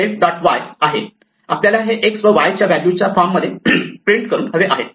y आहे आपल्याला हे x व y च्या व्हॅल्यूजच्या फॉर्म मध्ये प्रिंट करून हवे आहे